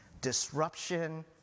disruption